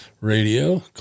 Radio